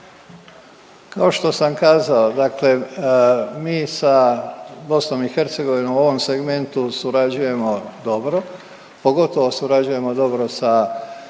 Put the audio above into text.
Kao što sam kazao, dakle mi sa BiH u ovom segmentu surađujemo dobro, pogotovo surađujemo dobro sa